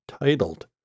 titled